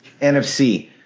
NFC